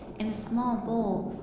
in a small bowl,